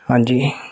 ਹਾਂਜੀ